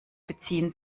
beziehen